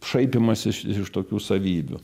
šaipymasis iš tokių savybių